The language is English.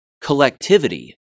collectivity